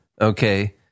Okay